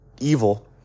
evil